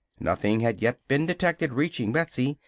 nothing had yet been detected reaching betsy,